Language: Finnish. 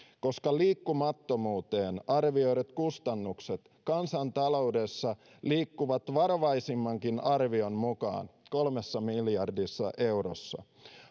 koska liikkumattomuuden arvioidut kustannukset kansantaloudessa liikkuvat varovaisimmankin arvion mukaan kolmessa miljardissa eurossa